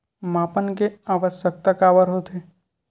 मापन के आवश्कता काबर होथे?